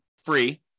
free